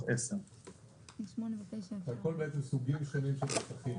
10. זה הכל בעצם סוגים שונים של מסכים.